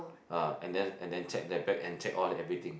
ah and then and then check their bags and check all the everything